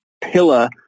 pillar